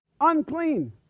unclean